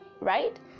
right